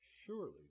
surely